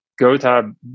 GoTab